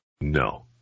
no